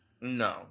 No